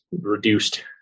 reduced